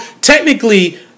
technically